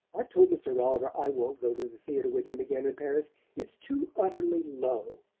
i've told mr. rolliver i won't go to the theatre with him again in paris it's too utterly low.